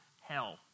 hell